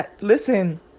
listen